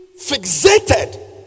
fixated